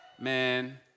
Man